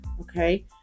okay